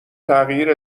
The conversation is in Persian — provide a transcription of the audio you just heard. تغییر